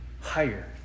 higher